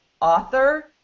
author